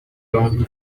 long